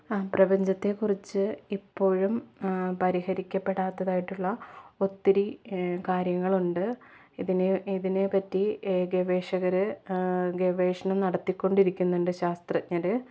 പ്രപഞ്ചത്തെക്കുറിച്ച് ഇപ്പോഴും പരിഹരിക്കപ്പെടാത്തതായിട്ടുള്ള ഒത്തിരി കാര്യങ്ങളുണ്ട് ഇതിനെ ഇതിനെപ്പറ്റി ഗവേഷകർ ഗവേഷണം നടത്തി കൊണ്ടിരിക്കുന്നുണ്ട് ശാസ്ത്രജ്ഞർ